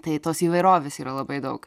tai tos įvairovės yra labai daug